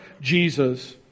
Jesus